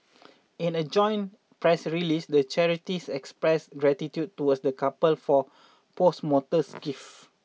in a joint press release the charities expressed gratitude towards the couple for posthumous gift